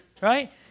right